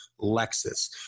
Lexus